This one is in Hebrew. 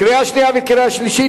קריאה שנייה וקריאה שלישית.